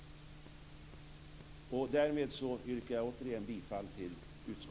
Därmed yrkar jag återigen bifall till utskottets hemställan.